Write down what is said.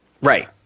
Right